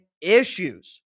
issues